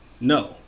No